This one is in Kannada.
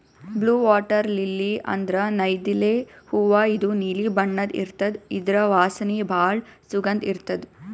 ಬ್ಲೂ ವಾಟರ್ ಲಿಲ್ಲಿ ಅಂದ್ರ ನೈದಿಲೆ ಹೂವಾ ಇದು ನೀಲಿ ಬಣ್ಣದ್ ಇರ್ತದ್ ಇದ್ರ್ ವಾಸನಿ ಭಾಳ್ ಸುಗಂಧ್ ಇರ್ತದ್